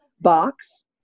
box